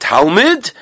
Talmud